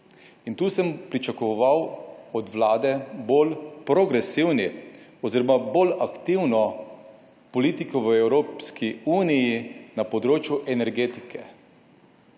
Tu sem pričakoval od Vlade bolj progresivni oziroma bolj aktivno politiko v Evropski uniji na področju energetike.